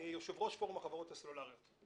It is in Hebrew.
אני יושב-ראש פורום החברות הסלולריות.